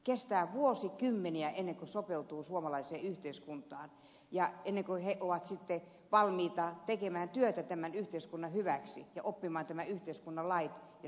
kestää vuosikymmeniä ennen kuin sopeutuu suomalaiseen yhteiskuntaan ja ennen kuin on sitten valmis tekemään työtä tämän yhteiskunnan hyväksi ja oppimaan tämän yhteiskunnan lait ja säädökset